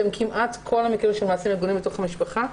שהם כמעט כל המקרים של מעשים מגונים בתוך המשפחה,